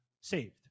saved